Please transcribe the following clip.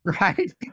right